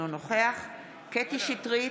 אינו נוכח קטי קטרין שטרית,